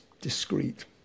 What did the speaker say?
discreet